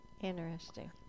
Interesting